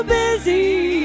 busy